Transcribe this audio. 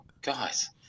Guys